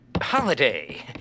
Holiday